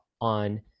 on